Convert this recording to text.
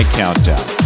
countdown